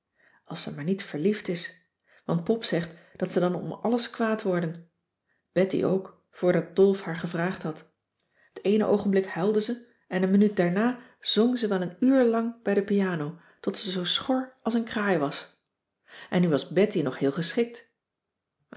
als ze maar niet verliefd is want pop zegt dat ze dan om alles kwaad worden betty ook voordat dolf haar gevraagd had t eene oogenblik huilde ze en een minuut daarna zong ze wel een cissy van marxveldt de h b s tijd van joop ter heul uur lang bij de piano tot ze zoo schor als een kraai was en nu was betty nog heel geschikt